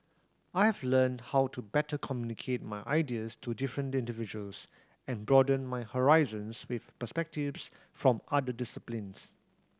I've learnt how to better communicate my ideas to different individuals and broaden my horizons with perspectives from other disciplines